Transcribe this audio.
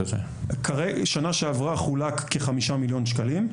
שנה שעברה חולק כחמישה מיליון שקלים.